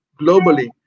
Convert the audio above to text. Globally